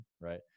right